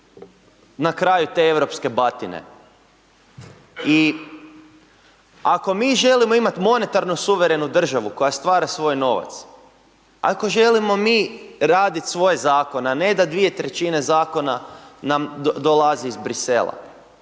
na kraju te europske batine. I ako mi želimo imati monetarnu suverenu državu koja stvar svoj novac, ako želimo mi raditi svoje zakone a ne da dvije trećine zakona nam dolazi iz Brisela,